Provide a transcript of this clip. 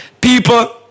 people